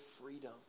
freedom